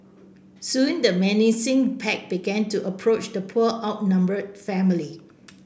soon the menacing pack began to approach the poor outnumbered family